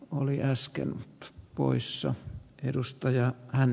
olin äsken nyt poissa edustaja hän